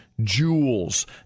jewels